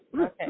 Okay